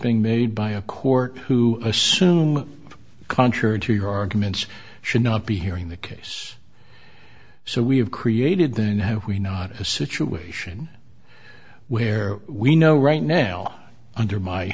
being made by a court who assume contrary to your arguments should not be hearing the case so we have created then have we not a situation where we know right now under my